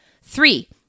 Three